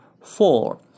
four